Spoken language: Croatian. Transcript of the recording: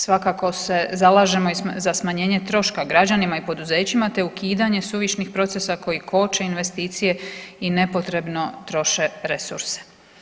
Svakako se zalažemo i za smanjenje troška građanima i poduzećima te ukidanje suvišnih procesa koji koče investicije i nepotrebno troše resurse.